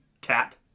cat